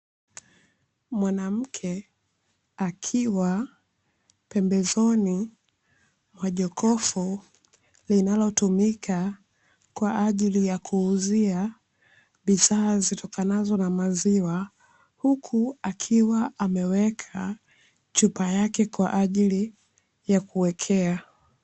Mwanamke akiwa pembezoni mwa jokofu, linalotumika kwaajili ya kuuzia maziwa akiwa ameweka chupa yake.